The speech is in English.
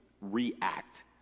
react